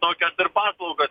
tokios ir paslaugos